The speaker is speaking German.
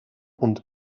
und